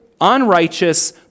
unrighteous